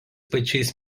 pačiais